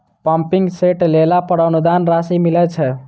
Pumping set लेला पर अनुदान राशि मिलय छैय?